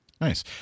Nice